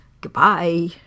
Goodbye